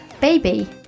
baby